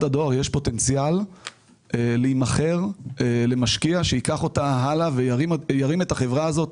הדואר יש פוטנציאל להימכר למשקיע שייקח אותה הלאה וירים את החברה הזאת.